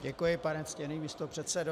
Děkuji, pane ctěný místopředsedo.